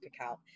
account